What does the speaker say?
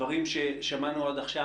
בדברים ששמענו עד עכשיו.